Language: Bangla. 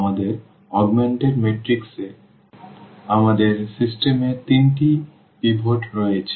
আমাদের অগমেন্টেড ম্যাট্রিক্স এ আমাদের ম্যাট্রিক্স এ আমাদের সিস্টেম এ তিনটি পিভট রয়েছে